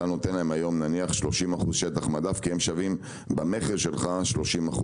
אתה נותן להם היום כ-30% שטח מדף כי הם שווים במכר שלך 30%,